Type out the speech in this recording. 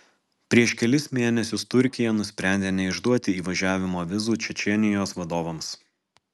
prieš kelis mėnesius turkija nusprendė neišduoti įvažiavimo vizų čečėnijos vadovams